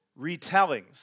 retellings